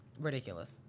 Ridiculous